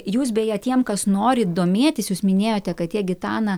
jūs beje tiem kas nori domėtis jūs minėjote kad tiek gitana